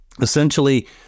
essentially